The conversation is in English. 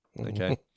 Okay